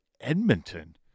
Edmonton